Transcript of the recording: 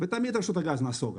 ותמיד רשות הגז נסוגה.